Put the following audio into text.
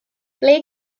ble